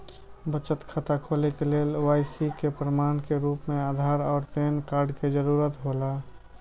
बचत खाता खोले के लेल के.वाइ.सी के प्रमाण के रूप में आधार और पैन कार्ड के जरूरत हौला